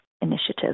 initiative